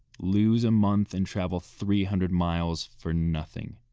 lose a month and travel three hundred miles for nothing.